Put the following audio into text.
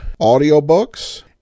audiobooks